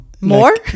more